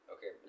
Okay